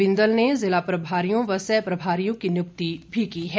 बिंदल ने जिला प्रभारियों व सह प्रभारियों की नियुक्ति भी की है